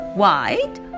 white